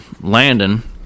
landon